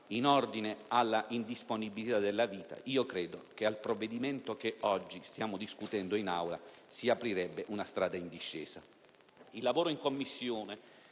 in ordine all'indisponibilità della vita, credo che al provvedimento che oggi stiamo discutendo in Aula si aprirebbe una strada in discesa. Il lavoro in Commissione